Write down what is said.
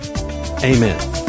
amen